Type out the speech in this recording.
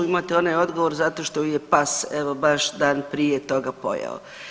Imate onaj odgovor zato što ju je pas evo baš dan prije toga pojeo.